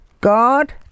God